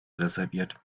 reserviert